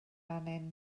arnyn